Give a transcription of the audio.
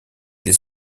les